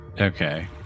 Okay